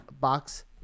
box